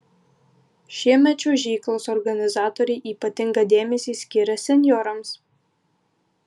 šiemet čiuožyklos organizatoriai ypatingą dėmesį skiria senjorams